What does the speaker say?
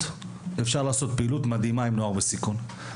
אפשר לעשות פעילות מדהימה עם נוער בסיכון.